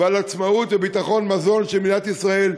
ועל עצמאות וביטחון מזון של מדינת ישראל,